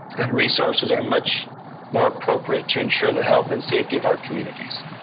and resources are much more appropriate to ensure the health and safety of our communities.